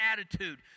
attitude